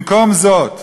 במקום זאת,